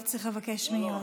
היית צריך לבקש ממנו.